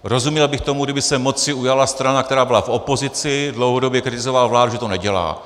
Rozuměl bych tomu, kdyby se moci ujala strana, která byla v opozici, dlouhodobě kritizovala vládu, že to nedělá.